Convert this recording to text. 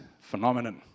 phenomenon